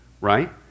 right